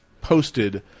posted